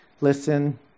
listen